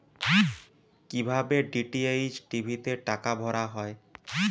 কি ভাবে DTH TV তে টাকা ভরা হয়?